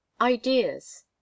Ideas